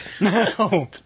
No